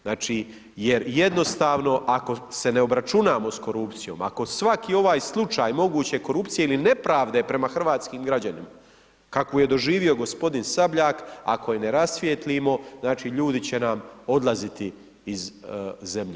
Znači jer jednostavno, ako se ne obračunamo s korupcijom, ako svaki ovaj slučaj moguće korupcije, ili nepravde prema hrvatskim građanima, kakvu je doživio g. Sabljak, ako ju ne rasvijetlimo, znači ljudi će nam odlaziti iz zemlje.